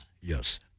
yes